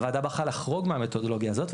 הוועדה בחרה לחרוג מהמתודולוגיה הזאת,